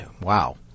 wow